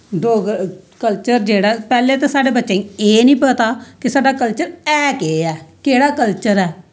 culture जेह्ड़ा पैह्लें ते साढ़े बच्चें ई एह् नी पता कि साढ़ा कल्चर है केह् ऐ केह्ड़ा कल्चर ऐ